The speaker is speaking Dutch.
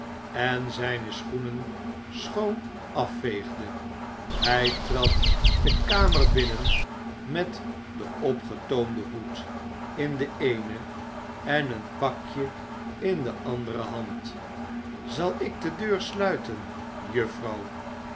en zijne schoenen schoon afveegde hij trad de kamer binnen met den opgetoomden hoed in de eene en een pakje in de andere hand zal ik de deur sluiten juffrouw